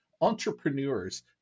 Entrepreneurs